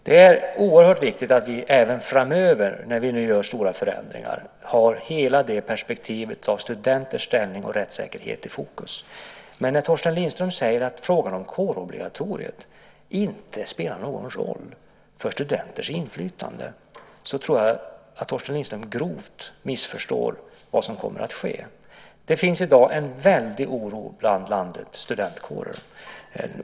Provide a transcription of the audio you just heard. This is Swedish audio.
Det är oerhört viktigt att vi även framöver, när vi nu gör stora förändringar, har hela perspektivet av studenters ställning och rättssäkerhet i fokus. Men när Torsten Lindström säger att frågan om kårobligatoriet inte spelar någon roll för studenters inflytande, tror jag att Torsten Lindström grovt missförstår vad som kommer att ske. Det finns i dag en väldig oro bland landets studentkårer.